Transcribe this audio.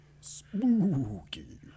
Spooky